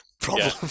problem